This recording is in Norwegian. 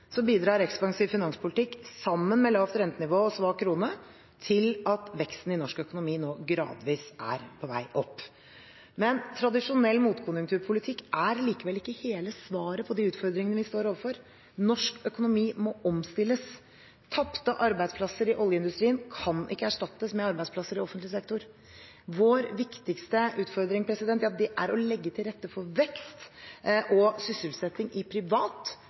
bidrar ekspansiv finanspolitikk sammen med lavt rentenivå og svak krone til at veksten i norsk økonomi nå gradvis er på vei opp. Tradisjonell motkonjunkturpolitikk er likevel ikke hele svaret på de utfordringene vi står overfor. Norsk økonomi må omstilles. Tapte arbeidsplasser i oljeindustrien kan ikke erstattes med arbeidsplasser i offentlig sektor. Vår viktigste utfordring er å legge til rette for vekst og sysselsetting i privat,